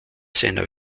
seiner